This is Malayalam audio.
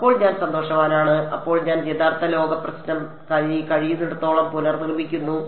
അപ്പോൾ ഞാൻ സന്തോഷവാനാണ് അപ്പോൾ ഞാൻ യഥാർത്ഥ ലോക പ്രശ്നം കഴിയുന്നിടത്തോളം പുനർനിർമ്മിക്കുന്നു